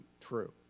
true